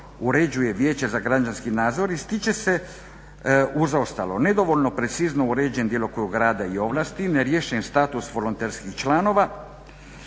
uređuje Vijeće za građanski nadzor ističe se uz ostalo nedovoljno precizno uređen djelokrug rada i ovlasti, neriješen status volonterskih članova,